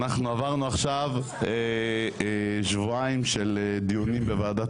אנחנו עברנו עכשיו שבועיים של דיונים בוועדת